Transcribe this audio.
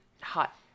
hot